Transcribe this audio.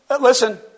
Listen